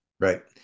Right